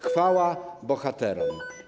Chwała bohaterom!